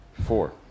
Four